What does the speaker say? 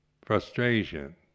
frustration